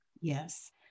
Yes